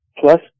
plus